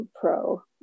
pro